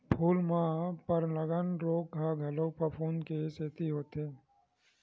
फूल म पर्नगलन रोग ह घलो फफूंद के सेती होथे